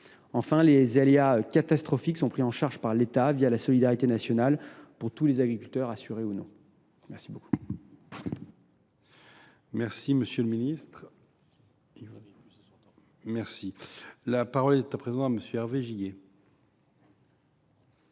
Enfin, les aléas catastrophiques sont pris en charge par l’État, la solidarité nationale, pour tous les agriculteurs, assurés ou non. La parole